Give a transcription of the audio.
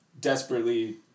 desperately